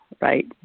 right